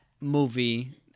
movie